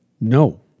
no